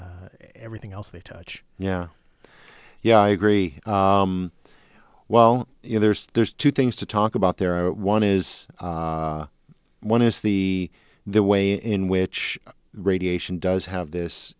and everything else they touch yeah yeah i agree well you know there's there's two things to talk about there are one is one is the there way in which radiation does have this